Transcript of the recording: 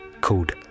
called